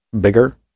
bigger